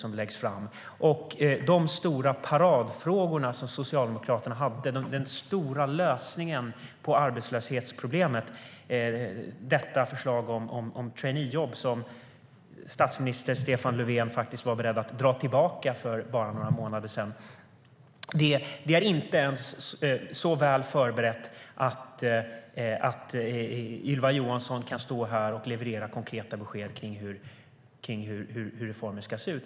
Socialdemokraternas stora paradfråga och den stora lösningen på arbetslöshetsproblem är detta förslag om traineejobb som statsminister Stefan Löfven var beredd att dra tillbaka för bara några månader sedan. Förslaget om traineejobb är inte ens så väl förberett att Ylva Johansson kan leverera konkreta besked om hur reformen ska se ut.